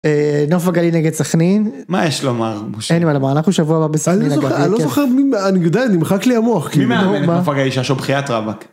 נוף הגליל נגד סכנין מה יש לומר. אין לי מה לומר. אנחנו שבוע הבא... אני לא זוכר, נמחק לי המוח כאילו. מי מאמן את ?? בחייאת ראבאק.